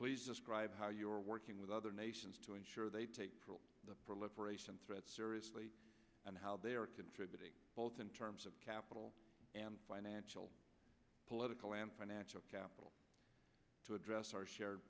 please describe how you are working with other nations to ensure they take the proliferation threat seriously and how they are contributing both in terms of capital and financial political and financial capital to address our share